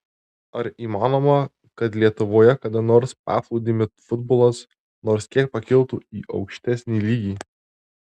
ar įmanoma kad lietuvoje kada nors paplūdimio futbolas nors kiek pakiltų į aukštesnį lygį